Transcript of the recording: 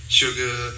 sugar